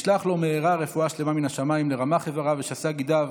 וישלח לו מהרה רפואה שלמה מן השמיים לרמ"ח איבריו ושס"ה גידיו